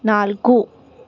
ನಾಲ್ಕು